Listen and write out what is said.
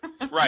Right